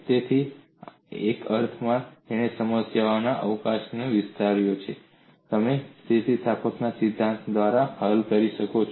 તેથી એક અર્થમાં તેણે સમસ્યાઓના અવકાશને વિસ્તાર્યો છે જેને તમે સ્થિતિસ્થાપકતાના સિદ્ધાંત દ્વારા હલ કરી શકો છો